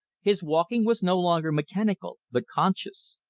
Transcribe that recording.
his walking was no longer mechanical, but conscious.